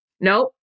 nope